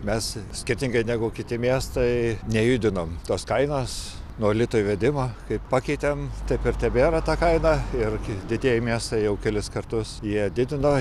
mes skirtingai negu kiti miestai nejudinom tos kainos nuo lito įvedimo kaip pakeitėm taip ir tebėra ta kaina irgi didieji miestai jau kelis kartus ją didino